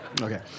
Okay